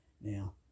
Now